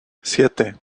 siete